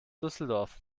düsseldorf